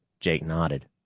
jake nodded.